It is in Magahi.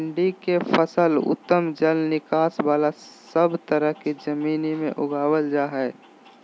भिंडी के फसल उत्तम जल निकास बला सब तरह के जमीन में उगावल जा हई